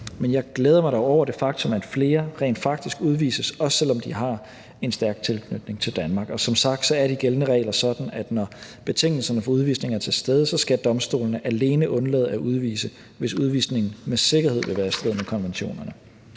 men jeg glæder mig da over det faktum, at flere rent faktisk udvises – også selv om de har en stærk tilknytning til Danmark. Og som sagt er de gældende regler sådan, at når betingelserne for udvisning er til stede, skal domstolene alene undlade at udvise, hvis udvisningen med sikkerhed vil være i strid med konventionerne.